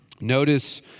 Notice